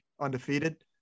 undefeated